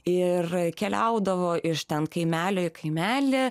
ir keliaudavo iš ten kaimelio į kaimelį